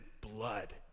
blood